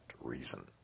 reason